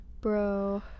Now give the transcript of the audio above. bro